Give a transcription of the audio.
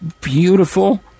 beautiful